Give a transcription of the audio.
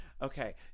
Okay